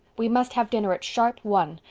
we must have dinner at sharp one,